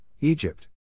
Egypt